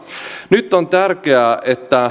nyt on tärkeää että